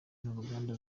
n’uruganda